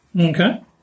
Okay